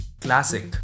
classic